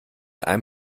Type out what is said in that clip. einem